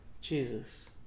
Jesus